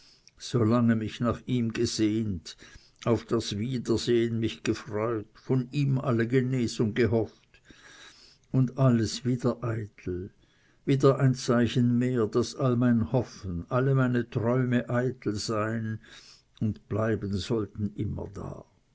lange mich nach ihm gesehnt auf das wiedersehen mich gefreut und wieder alles eitel wieder eine warnung daß all mein hoffen alle meine träume eitel seien und bleiben sollten immerdar